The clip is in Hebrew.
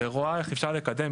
ורואה איך אפשר לקדם,